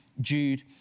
Jude